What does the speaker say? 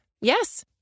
Yes